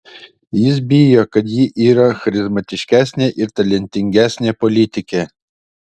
jis bijo kad ji yra charizmatiškesnė ir talentingesnė politikė